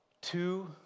two